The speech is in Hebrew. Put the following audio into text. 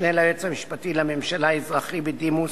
משנה ליועץ המשפטי לממשלה (אזרחי) בדימוס,